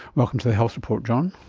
welcome to the health report john.